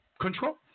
control